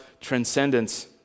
transcendence